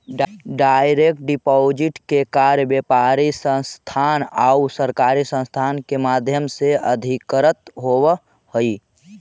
direct deposit के कार्य व्यापारिक संस्थान आउ सरकारी संस्थान के माध्यम से अधिकतर होवऽ हइ